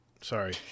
Sorry